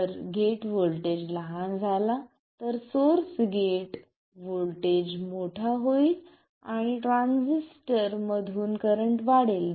जर gate voltage लहान झाला तर सोर्स गेट व्होल्टेज मोठा होईल आणि ट्रान्झिस्टर मधुन करंट वाढेल